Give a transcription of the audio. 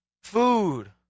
Food